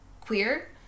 queer